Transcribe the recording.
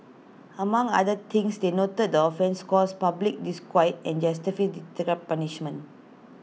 among other things they noted the offence caused public disquiet and justified deterrent punishment